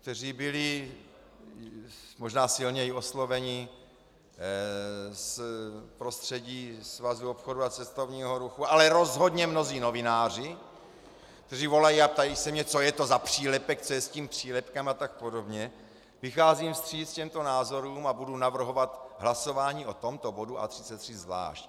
kteří byli možná silněji osloveni z prostředí Svazu obchodu a cestovního ruchu, ale rozhodně mnozí novináři, kteří volají a ptají se mě, co je to za přílepek, co je s tím přílepkem atp., vycházím vstříc těmto názorům a budu navrhovat hlasování o bodu A33 zvlášť.